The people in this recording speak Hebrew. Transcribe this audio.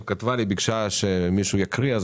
היא ביקשה שמישהו יקריא את הדברים שלה,